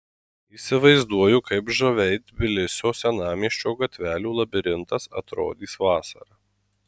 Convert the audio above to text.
įsivaizduoju kaip žaviai tbilisio senamiesčio gatvelių labirintas atrodys vasarą